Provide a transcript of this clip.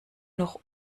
noch